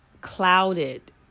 clouded